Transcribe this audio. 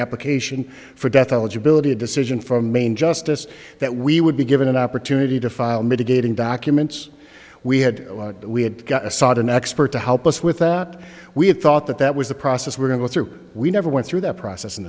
application for death eligibility a decision from main justice that we would be given an opportunity to file mitigating documents we had we had got a sought an expert to help us with that we had thought that that was the process we're going through we never went through that process in